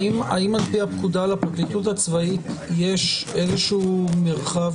האם על פי הפקודה לפרקליטות הצבאית יש איזשהו מרחב